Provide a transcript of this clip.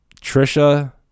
Trisha